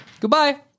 Goodbye